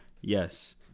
yes